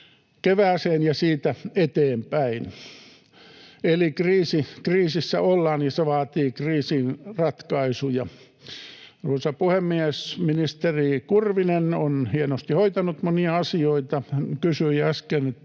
kevääseen ja siitä eteenpäin. Eli kriisissä ollaan, ja se vaatii kriisiin ratkaisuja. Arvoisa puhemies! Ministeri Kurvinen on hienosti hoitanut monia asioita. Hän kysyi äsken,